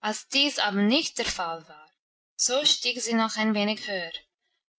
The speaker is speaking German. als dies aber nicht der fall war so stieg sie noch ein wenig höher